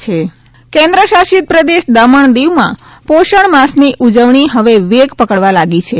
પોષણ માસ દમણ કેન્દ્રશાસિત પ્રદેશ દમણ દિવમાં પોષણ માસની ઉજવણી હવે વેગ પકડવા લાગી છે